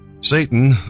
Satan